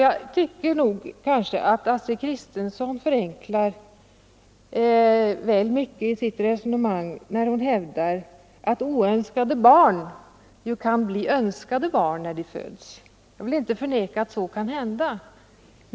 Astrid Kristensson förenklar kanske väl mycket i sitt resonemang när hon hävdar att oönskade barn kan bli önskade när de föds. Jag vill inte förneka att så kan hända.